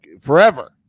forever